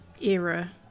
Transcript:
era